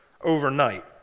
overnight